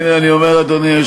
גם אני רוצה את דרעי,